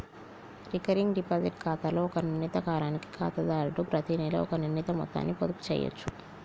recurring deposit ఖాతాలో ఒక నిర్ణీత కాలానికి ఖాతాదారుడు ప్రతినెలా ఒక నిర్ణీత మొత్తాన్ని పొదుపు చేయచ్చు